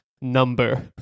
number